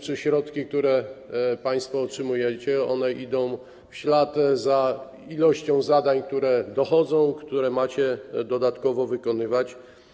Czy środki, które państwo otrzymujecie, idą w ślad za ilością zadań, które dochodzą, które macie dodatkowo wykonywać?